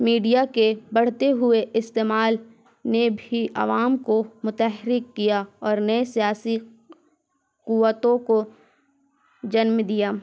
media کے بڑھتے ہوئے استعمال نے بھی عوام کو متحرک کیا اور نئے سیاسی قوتوں کو جنم دیا